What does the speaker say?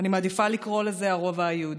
אני מעדיפה לקרוא לזה "הרובע היהודי".